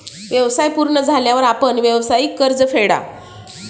व्यवसाय पूर्ण झाल्यावर आपण व्यावसायिक कर्ज फेडा